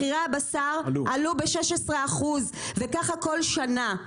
מחירי הבשר אלו ב- 16% וככה כל שנה.